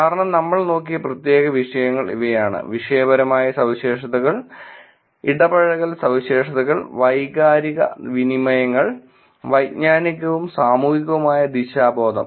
കാരണം നമ്മൾ നോക്കിയ പ്രത്യേക ചോദ്യങ്ങൾ ഇവയാണ് വിഷയപരമായ സവിശേഷതകൾ ഇടപഴകൽ സവിശേഷതകൾ വൈകാരിക വിനിമയങ്ങൾ വൈജ്ഞാനികവും സാമൂഹികവുമായ ദിശാബോധം